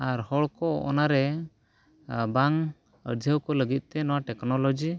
ᱟᱨ ᱦᱚᱲ ᱠᱚ ᱚᱱᱟᱨᱮ ᱵᱟᱝ ᱟᱹᱲᱡᱷᱟᱹᱣ ᱠᱚ ᱞᱟᱹᱜᱤᱫᱼᱛᱮ ᱱᱚᱣᱟ ᱴᱮᱠᱱᱳᱞᱚᱡᱤ